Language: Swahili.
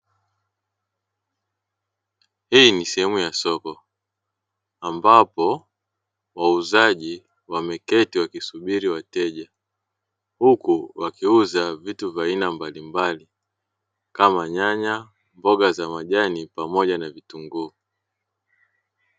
Hii ni sehemu ya soko ambapo wauzaji wameketi wakisubiri wateja, huku wakiuza vitu vya aina mbalimbali kama nyanya mboga za majani pamoja na vitunguu.